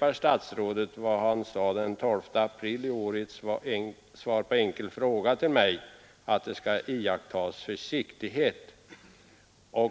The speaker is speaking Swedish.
herr statsrådet sade den 12 april i ett svar på en enkel fråga från mig, nämligen att det skall iakttas försiktighet vid ändring av de nuvarande ortnamnen som postadresser.